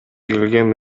келген